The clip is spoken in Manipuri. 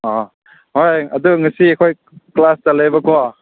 ꯑꯣ ꯍꯣꯏ ꯑꯗꯨ ꯉꯁꯤ ꯑꯩꯈꯣꯏ ꯀ꯭ꯂꯥꯁ ꯆꯠꯂꯦꯕꯀꯣ